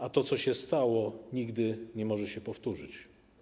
A to, co się stało, nigdy nie może się powtórzyć.